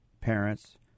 parents